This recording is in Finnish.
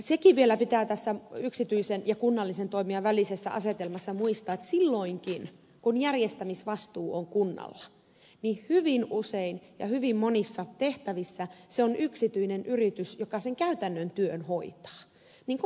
sekin vielä pitää tässä yksityisen ja kunnallisen toimijan välisessä asetelmassa muistaa että silloinkin kun järjestämisvastuu on kunnalla hyvin usein ja hyvin monissa tehtävissä se on yksityinen yritys joka sen käytännön työn hoitaa niin kuin vaikka kuljetusjärjestelmissäkin